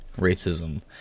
racism